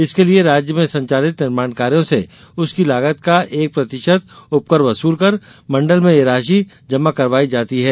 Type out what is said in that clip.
इसके लिये राज्य में संचालित निर्माण कार्यों से उसकी लागत का एक प्रतिशत उपकर वसूल कर मंडल में यह राशि जमा करवायी जाती है